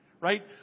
Right